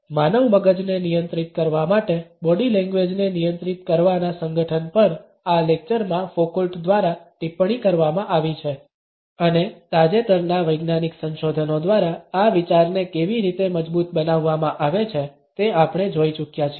માનવ મગજને નિયંત્રિત કરવા માટે બોડી લેંગ્વેજને નિયંત્રિત કરવાના સંગઠન પર આ લેક્ચરમાં ફોકોલ્ટ દ્વારા ટિપ્પણી કરવામાં આવી છે અને તાજેતરના વૈજ્ઞાનિક સંશોધનો દ્વારા આ વિચારને કેવી રીતે મજબૂત બનાવવામાં આવે છે તે આપણે જોઈ ચૂક્યા છીએ